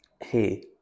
hey